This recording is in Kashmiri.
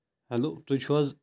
ہیلو تُہُۍ چھُو حظ